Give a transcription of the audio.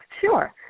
Sure